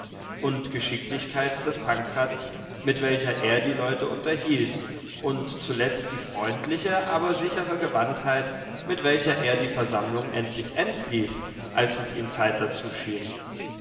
und geschicklichkeit des pankraz mit welcher er die leute unterhielt und zuletzt die freundliche aber sichere gewandtheit mit welcher er die versammlung endlich entließ als es ihm zeit dazu schien